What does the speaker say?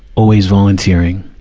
always volunteering.